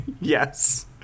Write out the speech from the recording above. yes